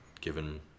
given